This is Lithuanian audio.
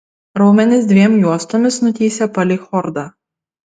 raumenys dviem juostomis nutįsę palei chordą